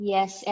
Yes